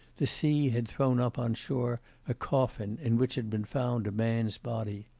the sea had thrown up on shore a coffin in which had been found a man's body.